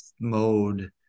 mode